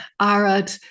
Arad